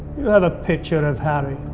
you have a picture of harry,